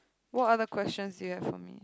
what other questions do you have for me